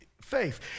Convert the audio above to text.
faith